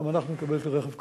גם אנחנו נקבל כלי רכב כאלה.